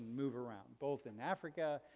move around both in africa,